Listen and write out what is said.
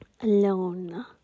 alone